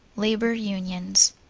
labor unions.